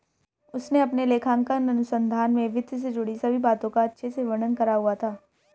उसने अपने लेखांकन अनुसंधान में वित्त से जुड़ी सभी बातों का अच्छे से वर्णन करा हुआ था